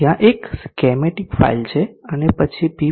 ત્યાં એક schematic file છે અને પછી PV